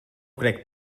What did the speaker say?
crec